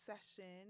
session